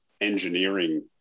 engineering